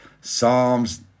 Psalms